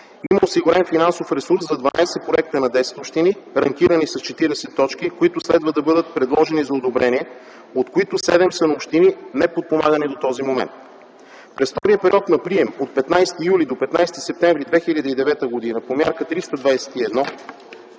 Има осигурен финансов ресурс за 12 проекта на 10 общини, рамкирани с 40 точки, които следва да бъдат предложени за одобрение, от които 7 са на общини, неподпомагани до този момент. През втория период на прием - от 15 юли до 15 септември 2009 г., по Мярка 321